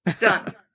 Done